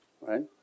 right